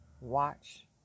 Watch